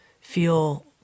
feel